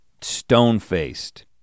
stone-faced